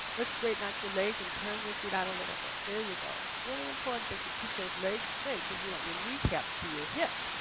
let's straighten out your leg and turn your feet out a little bit. there you go, really important that you keep those legs straight because you want your kneecap to your hip.